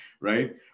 right